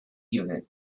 unit